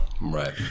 Right